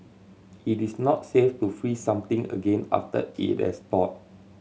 it is not safe to freeze something again after it has thawed